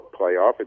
playoff